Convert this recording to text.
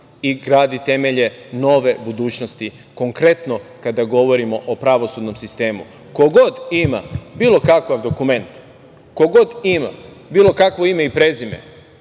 i gradi temelje nove budućnosti, konkretno kada govorimo o pravosudnom sistemu. Ko god ima bilo kakav dokument, ko god ima bilo kakvo ime i prezime,